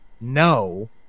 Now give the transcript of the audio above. no